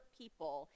people